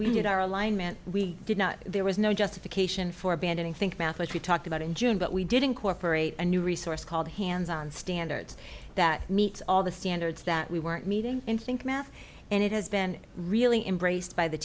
we did our alignment we did not there was no justification for abandoning think math which we talked about in june but we did incorporate a new resource called hands on standards that meets all the standards that we were meeting in think math and it has been really embraced by the